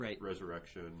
resurrection